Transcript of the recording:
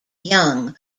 young